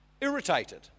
irritated